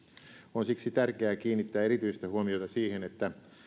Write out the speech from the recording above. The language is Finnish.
on siksi tärkeää kiinnittää erityistä huomiota siihen että